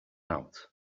out